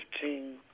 15